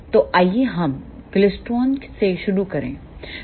तो आइए हम क्लेस्ट्रॉन से शुरू करें